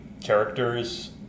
characters